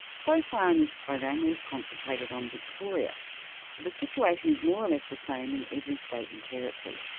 so far in this program we've concentrated on victoria, but the situation is more or less the same in every state and territory.